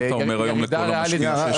ומה אתה אומר היום לכל המשקיעים שהשקיעו בזה?